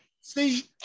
See